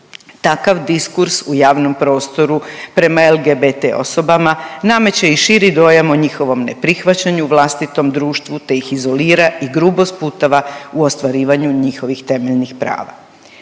Takav diskurs u javnom prostoru prema LGBT osobama nameće i širi dojam o njihovom neprihvaćanju u vlastitom društvu, te ih izolira i grubo sputava u ostvarivanju njihovih temeljnih prava.